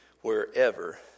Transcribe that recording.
wherever